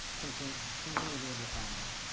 continue to be able to find them